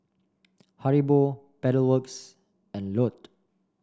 Haribo Pedal Works and Lotte